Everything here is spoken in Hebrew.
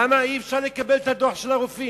למה אי-אפשר לקבל את הדוח שלהם?